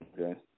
Okay